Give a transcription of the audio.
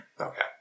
Okay